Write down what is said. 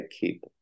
keep